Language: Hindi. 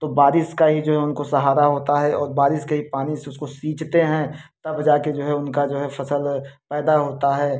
तो बारिश का ही जो उनको सहारा होता है और बारिश के ही पानी से उसको सींचते हैं तब जा के जो है उनका जो है फसल पैदा होता है